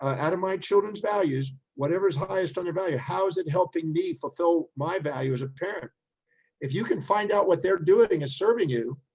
ah out of my children's values, whatever's highest on their value, how's it helping me fulfill my value as a parent if you can find out what they're doing is serving you.